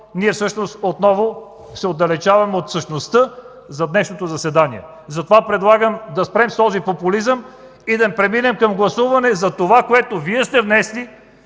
ние всъщност отново се отдалечаваме от същността за днешното заседание. Затова предлагам да спрем с този популизъм и да преминем към гласуване за това, което Вие сте внесли